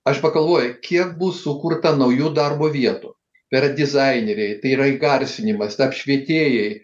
aš pagalvoju kiek bus sukurta naujų darbo vietų tai yra dizaineriai tai yra įgarsinimas apšvietėjai